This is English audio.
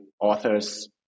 authors